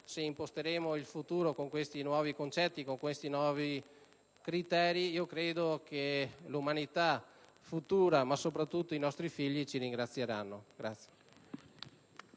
Se imposteremo il futuro con questi nuovi concetti e criteri, credo che l'umanità futura, ma soprattutto i nostri figli, ci ringrazieranno.